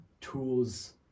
tools